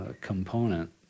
component